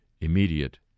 immediate